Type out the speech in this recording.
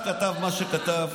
כשאת כתבת מה שכתבת,